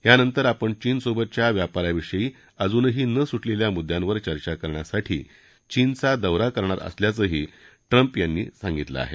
यानंतर आपण चीनसोबतच्या व्यापाराविषयी अजूनही न सुटलेल्या मुद्यांवर चर्चा करण्यासाठ चीनचा दौरा करणार असल्यावंही ट्रम्प यांनी आहे